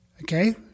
okay